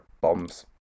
bombs